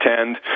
attend